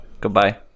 Goodbye